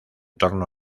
torno